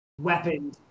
weapon